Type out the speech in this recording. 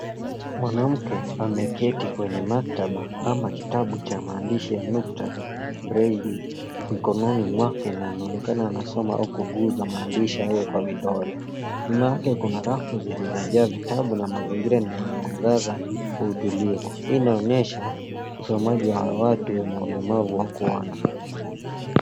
Mwanamke ameketi kwenye maktaba ama kitabu cha maandishi ya nukta, braille mikononi mwake na anaonekana anasoma au kuguza maandishi hayo kwa vidole. Nyuma yake kuna rafu zilizojaa vitabu na mazingira ni yenye mwangaza wa utulivu. Hii inaonyesha usomaji wa watu wenye ulemavu wa kuona.